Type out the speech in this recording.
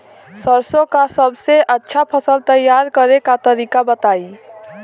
सरसों का सबसे अच्छा फसल तैयार करने का तरीका बताई